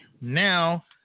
now